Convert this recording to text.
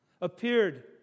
appeared